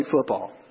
football